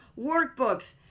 workbooks